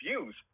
views